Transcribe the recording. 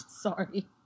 sorry